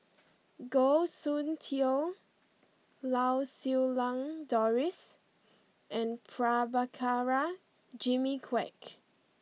Goh Soon Tioe Lau Siew Lang Doris and Prabhakara Jimmy Quek